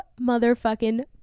motherfucking